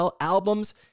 albums